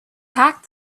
pack